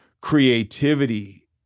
creativity